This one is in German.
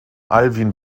alwin